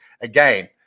Again